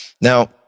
Now